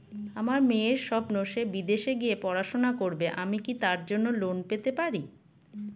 আমার মেয়ের স্বপ্ন সে বিদেশে গিয়ে পড়াশোনা করবে আমি কি তার জন্য লোন পেতে পারি?